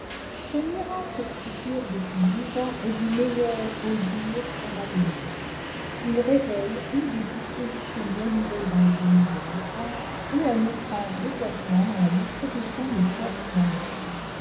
ce miracle qui dure depuis dix ans est du meilleur augure pour l'avenir il révèle ou des dispositions bien nouvelles dans le génie de la france ou un étrange déplacemeut dans la distribution des forces en europe